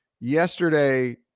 yesterday